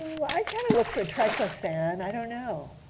i kind of look for triclosan. i don't know.